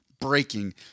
breaking